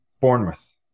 Bournemouth